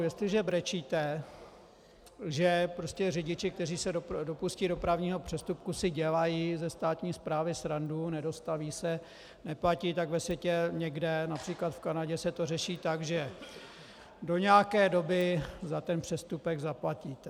Jestliže brečíte, že řidiči, kteří se dopustí dopravního přestupku, si dělají ze státní správy srandu, nedostaví se, neplatí, tak ve světě někde, například v Kanadě, se to řeší tak, že do nějaké doby za ten přestupek zaplatíte.